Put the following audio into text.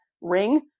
ring